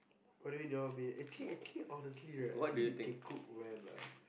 what do you mean you don't want to be actually actually honestly right I think you can coo well lah